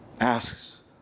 asks